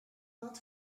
not